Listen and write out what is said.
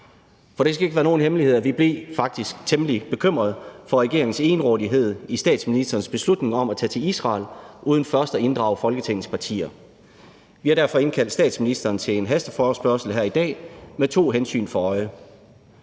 For det skal ikke være nogen hemmelighed, at vi faktisk blev temmelig bekymrede over regeringens egenrådighed i form af statsministerens beslutning om at tage til Israel uden først at inddrage Folketingets partier. Vi har derfor indkaldt statsministeren til en hasteforespørgsel her i dag med to hensyn for øje.